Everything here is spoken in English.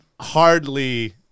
hardly